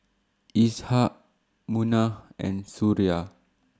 Ishak Munah and Suria